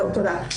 זהו תודה.